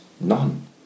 none